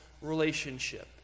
relationship